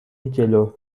جلو